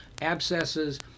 abscesses